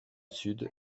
sud